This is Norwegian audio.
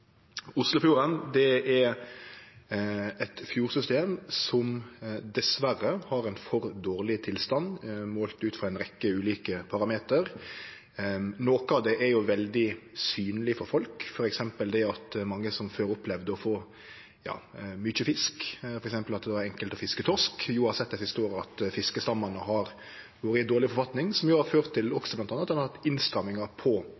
Oslofjorden er eit fjordsystem som dessverre har ein for dårleg tilstand målt ut frå ei rekkje ulike parameter. Noko av det er jo veldig synleg for folk. For eksempel har mange som før opplevde å få mykje fisk – det var bl.a. enkelt å få torsk – dei siste åra sett at fiskestammane har vore i dårleg forfatning, noko som bl.a. har ført til innstrammingar på